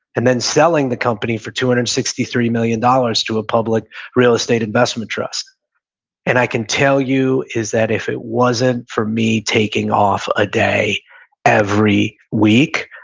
and then selling the company for two hundred and and sixty three million dollars to a public real estate investment trust and i can tell you is that if it wasn't for me taking off a day every week,